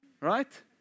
right